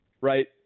Right